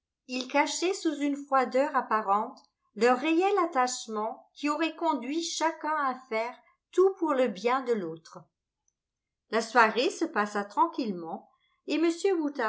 ils cachaient sous une froideur apparente leur réel attachement qui aurait conduit chacun à faire tout pour le bien de l'autre la soirée se passa tranquillement et